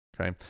Okay